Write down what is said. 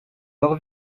leur